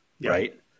right